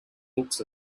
books